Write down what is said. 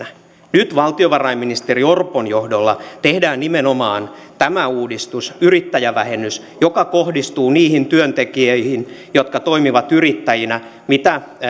nyt valtiovarainministeri orpon johdolla tehdään nimenomaan tämä uudistus yrittäjävähennys joka kohdistuu niihin työntekijöihin jotka toimivat yrittäjinä joita